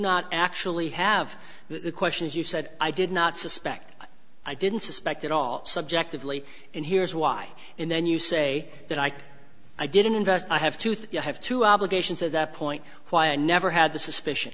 not actually have the questions you said i did not suspect i didn't suspect at all subjectively and here's why and then you say that i i didn't invest i have to think you have to obligations at that point why i never had the suspicion